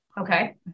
Okay